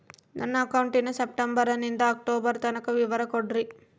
ನನ್ನ ಅಕೌಂಟಿನ ಸೆಪ್ಟೆಂಬರನಿಂದ ಅಕ್ಟೋಬರ್ ತನಕ ವಿವರ ಕೊಡ್ರಿ?